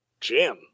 Jim